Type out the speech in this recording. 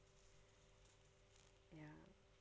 ya